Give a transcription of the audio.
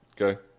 okay